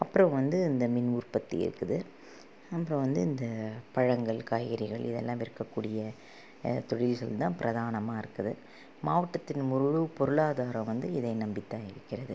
அப்றம் வந்து இந்த மின் உற்பத்தி இருக்குது அப்றம் வந்து இந்த பழங்கள் காய்கறிகள் இதெல்லாம் விற்கக்கூடிய தொழில்கள்தான் பிரதானமாக இருக்குது மாவட்டத்தின் முழு பொருளாதாரம் வந்து இதை நம்பித்தான் இருக்கிறது